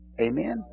Amen